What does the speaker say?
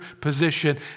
position